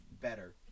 better